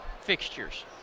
fixtures